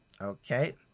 Okay